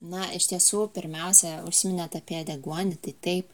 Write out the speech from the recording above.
na iš tiesų pirmiausia užsiminėt apie deguonį tai taip